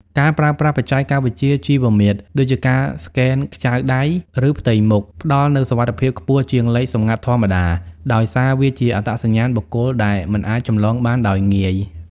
ការប្រើប្រាស់បច្ចេកវិទ្យា ជីវមាត្រ ដូចជាការស្កែនខ្ចៅដៃ ឬផ្ទៃមុខ ផ្ដល់នូវសុវត្ថិភាពខ្ពស់ជាងលេខសម្ងាត់ធម្មតា ដោយសារវាជាអត្តសញ្ញាណបុគ្គលដែលមិនអាចចម្លងបានដោយងាយ។